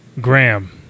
Graham